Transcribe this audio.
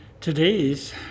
Today's